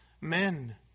men